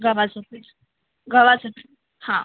गव्हाचं पीठ गव्हाचं पीठ हां